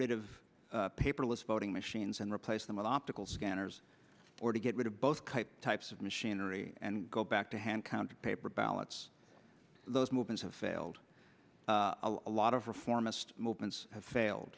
rid of paperless voting machines and replace them with optical scanners or to get rid of both type types of machinery and go back to hand counting paper ballots those movements have failed a lot of reformist movements have failed